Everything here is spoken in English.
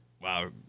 Wow